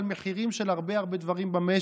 על מחירים של הרבה הרבה דברים במשק,